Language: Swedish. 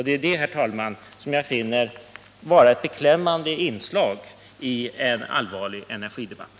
Det är det, herr talman, som jag finner vara ett beklämmande inslag i en allvarlig energidebatt.